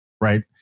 right